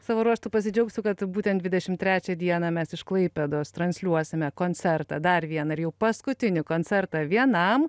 savo ruožtu pasidžiaugsiu kad būtent dvidešimt trečią dieną mes iš klaipėdos transliuosime koncertą dar vieną ir jau paskutinį koncertą vienam